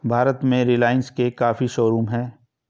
भारत में रिलाइन्स के काफी शोरूम हैं